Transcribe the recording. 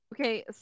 Okay